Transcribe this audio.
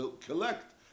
collect